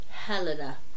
Helena